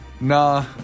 Nah